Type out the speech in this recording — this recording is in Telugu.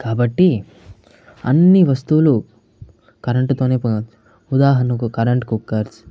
కాబట్టి అన్నీ వస్తువులు కరెంటుతోనే పని ఉదాహరణకు కరెంటు కుక్కర్స్